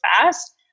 fast